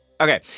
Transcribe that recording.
Okay